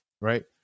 right